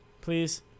Please